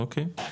אוקי,